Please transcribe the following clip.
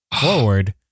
forward